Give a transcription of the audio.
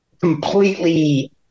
completely